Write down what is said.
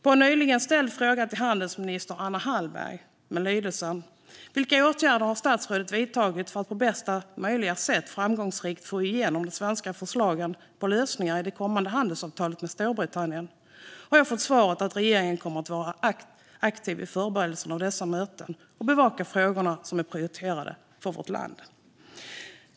Jag ställde nyligen en fråga till handelsminister Anna Hallberg, med lydelsen: Vilka åtgärder har statsrådet vidtagit för att på bästa möjliga sätt framgångsrikt få igenom de svenska förslagen på lösningar i det kommande handelsavtalet med Storbritannien? Jag fick svaret att regeringen kommer att vara aktiv i förberedelserna av dessa möten och bevaka de frågor som är prioriterade för vårt land.